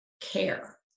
care